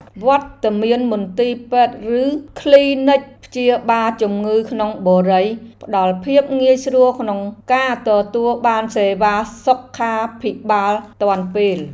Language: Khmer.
វត្តមានមន្ទីរពេទ្យឬគ្លីនិកព្យាបាលជំងឺក្នុងបុរីផ្តល់ភាពងាយស្រួលក្នុងការទទួលបានសេវាសុខាភិបាលទាន់ពេល។